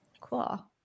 cool